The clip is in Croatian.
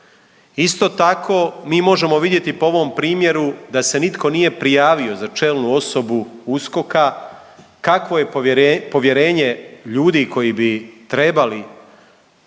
Isto tako mi možemo vidjeti po ovom primjeru da se nitko nije prijavio za čelnu osobu USKOK-a, kakvo je povjerenje ljudi koji bi trebali